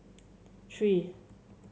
three